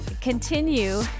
continue